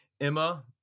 Emma